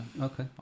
Okay